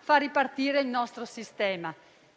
far ripartire il nostro sistema.